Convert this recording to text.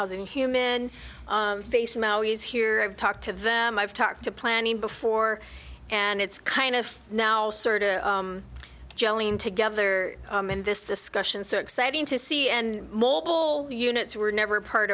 housing human face maui's here i've talked to them i've talked to planning before and it's kind of now sort of jelling together and this discussion so exciting to see and mobile units were never part